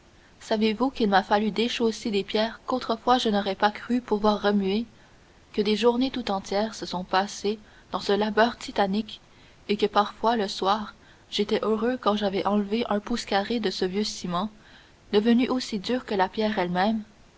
savez-vous qu'il m'a fallu déchausser des pierres qu'autrefois je n'aurais pas cru pouvoir remuer que des journées tout entières se sont passées dans ce labeur titanique et que parfois le soir j'étais heureux quand j'avais enlevé un pouce carré de ce vieux ciment devenu aussi dur que la pierre elle-même